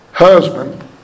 Husband